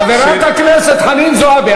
חברת הכנסת חנין זועבי,